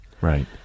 Right